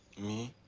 me?